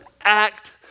act